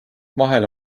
vahel